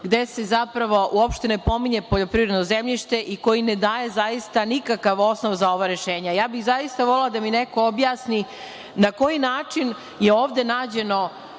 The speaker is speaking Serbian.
gde se zapravo uopšte ne pominje poljoprivredno zemljište i koji ne daje zaista nikakav osnov za ova rešenja. Zaista bih volela da mi neko objasni na koji način je ovde nađen